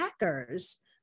hackers